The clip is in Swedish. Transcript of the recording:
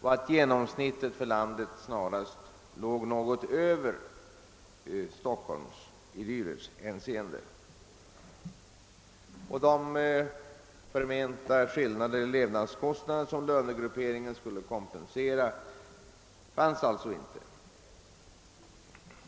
och att genomsnittet för landet snarast låg något över Stockholms. De förmenta skillnaderna i levnadskostnader som lönegrupperingen skulle kompensera fanns alltså inte.